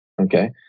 okay